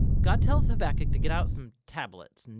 god tells habakkuk to get out some tablets, and